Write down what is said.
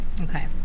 Okay